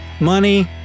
money